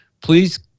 Please